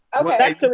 Okay